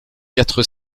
quatre